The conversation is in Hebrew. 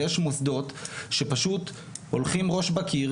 ויש מוסדות שפשוט הולכים ראש בקיר,